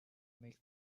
make